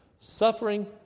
suffering